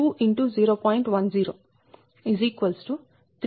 10373